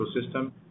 ecosystem